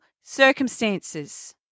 circumstances